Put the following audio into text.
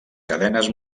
cadenes